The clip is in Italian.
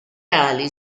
ali